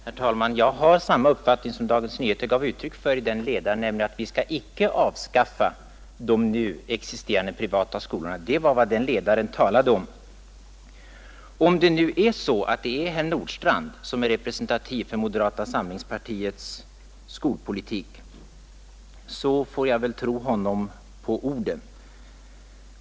Herr talman! Jag har samma uppfattning som Dagens Nyheter gav uttryck för i den ledaren, nämligen att vi inte skall avskaffa de nu existerande privatskolorna. Det var vad den ledaren talade om. Om det nu är så att herr Nordstrandh är representativ för moderata samlingspartiets skolpolitik får jag väl tro honom på orden.